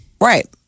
Right